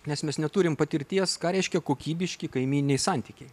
nes mes neturim patirties ką reiškia kokybiški kaimyniniai santykiai